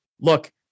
look